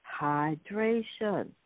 Hydration